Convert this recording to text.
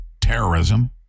terrorism